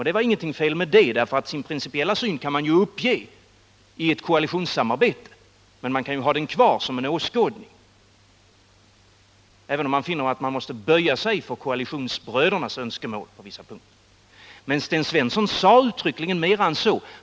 Det är inget fel med det, för även om man finner att man måste uppge sin principiella syn i ett koalitionssamarbete och böja sig för koalitionsbrödernas önskemål på vissa punkter, så kan man ha kvar denna syn som en Men Sten Svensson sade uttryckligen mer än så.